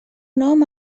nom